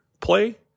play